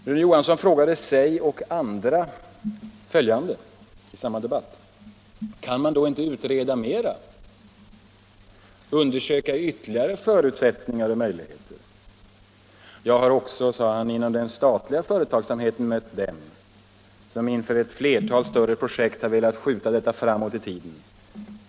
Rune Johansson frågade i samma debatt sig och andra följande: ”Kan man då inte utreda mer, undersöka ytterligare förutsättningar och möjligheter? Jag har också inom den statliga företagsamheten mött dem som inför ett flertal större projekt har velat skjuta detta framåt i tiden.